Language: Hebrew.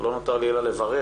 לא נותר לי אלא לברך